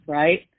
right